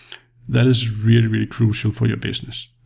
that is really, really crucial for your business.